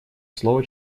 слово